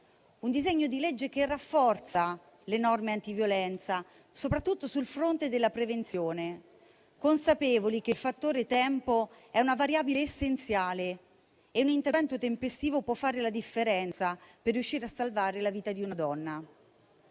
Un disegno di legge che rafforza le norme antiviolenza, soprattutto sul fronte della prevenzione, consapevoli che il fattore tempo è una variabile essenziale e che un intervento tempestivo può fare la differenza per riuscire a salvare la vita di una donna.